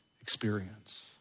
experience